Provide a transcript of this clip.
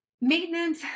maintenance